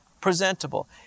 Presentable